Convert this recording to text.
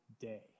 day